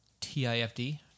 TIFD